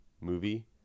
movie